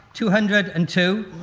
two hundred and two.